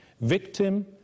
Victim